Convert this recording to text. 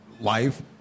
life